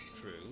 True